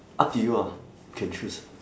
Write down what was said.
up to you ah can choose